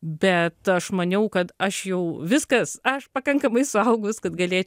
bet aš maniau kad aš jau viskas aš pakankamai suaugus kad galėč